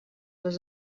les